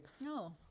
No